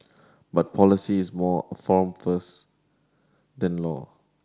but policy is more amorphous than law